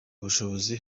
ubushobozi